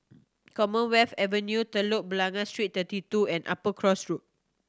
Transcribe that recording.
Commonwealth Avenue Telok Blangah Street Thirty Two and Upper Cross Road